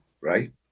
right